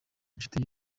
inshuti